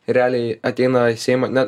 realiai ateina į seimą ne